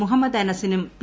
മുഹമ്മദ് അനസിനും പി